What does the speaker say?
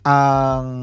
ang